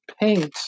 paint